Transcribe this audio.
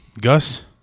gus